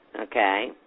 Okay